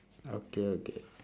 okay okay